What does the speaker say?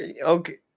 Okay